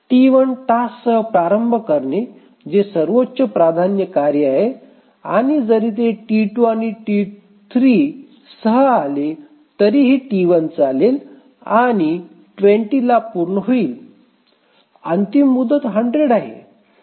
T1 टास्कसह प्रारंभ करणे जे सर्वोच्च प्राधान्य कार्य आहे आणि जरी ते T2 आणि T3 सह झाले तरीही T1 चालेल आणि 20 ला पूर्ण होईल अंतिम मुदत 100 आहे